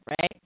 right